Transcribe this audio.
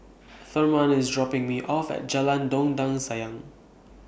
Thurman IS dropping Me off At Jalan Dondang Sayang